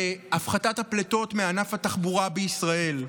בהפחתת הפליטות מענף התחבורה בישראל.